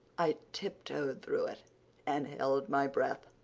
i tiptoed through it and held my breath,